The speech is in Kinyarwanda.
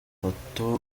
mafoto